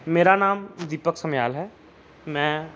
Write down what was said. ਮੇਰਾ ਨਾਮ ਦੀਪਕ ਸਮਿਆਲ ਹੈ ਮੈਂ